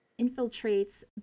infiltrates